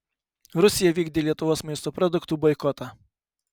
rusija vykdė lietuvos maisto produktų boikotą